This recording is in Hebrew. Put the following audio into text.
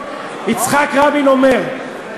יצחק רבין אומר,